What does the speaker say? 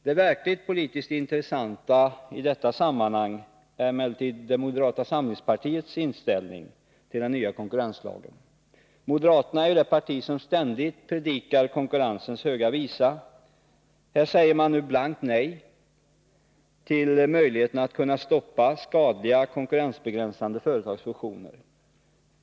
Det politiskt verkligt intressanta i detta sammanhang är emellertid moderata samlingspartiets inställning till den nya konkurrenslagen. Moderata samlingspartiet är det parti som ständigt predikar konkurrensens höga visa. Här säger man nu blankt nej till möjligheterna att stoppa skadliga, konkurrensbegränsande företagsfusioner.